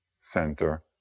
center